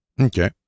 Okay